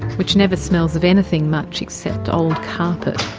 which never smells of anything much except old carpet.